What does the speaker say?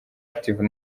active